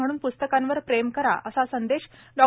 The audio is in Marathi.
म्हणून प्रस्तकांवर प्रेम करा असा संदेश डॉ